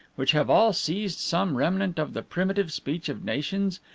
which have all seized some remnant of the primitive speech of nations,